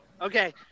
okay